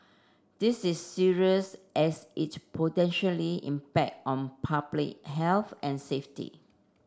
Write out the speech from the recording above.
this is serious as it potentially impact on public health and safety